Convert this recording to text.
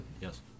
Yes